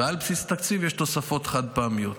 ועל בסיס התקציב יש תוספות חד-פעמיות.